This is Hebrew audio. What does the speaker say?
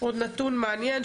עוד נתון מעניין,